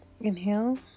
Inhale